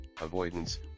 Avoidance